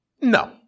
No